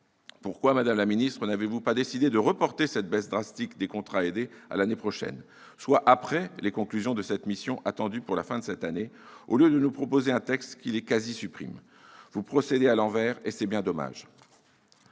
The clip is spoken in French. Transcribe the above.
Pourquoi, madame la ministre, n'avez-vous pas décidé de reporter cette baisse drastique des contrats aidés à l'année prochaine, soit après les conclusions de cette mission, qui sont attendues pour la fin de cette année, au lieu de nous proposer un texte qui les supprime, ou presque ? Vous procédez à l'envers, et c'est bien dommage